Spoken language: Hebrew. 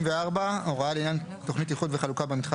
הוראה לעניין תוכנית איחוד וחלוקה במתחם